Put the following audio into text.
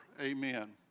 Amen